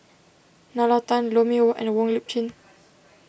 Nalla Tan Lou Mee Wah and Wong Lip Chin